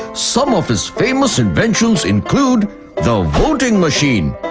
some of his famous inventions include the voting machine.